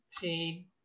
paid